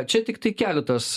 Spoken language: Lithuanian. čia tiktai keletas